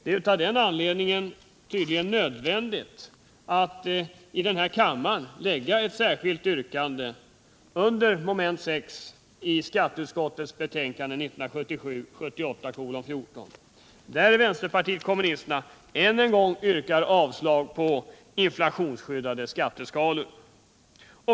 Det är av den anledningen — Nr 41 tydligen nödvändigt att här i kammaren lägga ett särskilt yrkande under mom. 6 i skatteutskottets betänkande 1977/78:14, där vpk än en gång yrkar avslag på förslaget om inflationsskyddade skatteskalor.